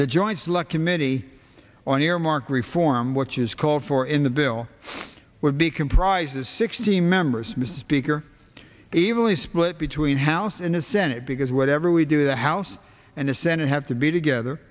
the joint select committee on earmark reform which is called for in the bill would be comprised of sixty members mr speaker evenly split between house in the senate because whatever we do the house and the senate have to be together